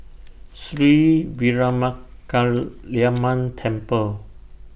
Sri Veeramakaliamman Temple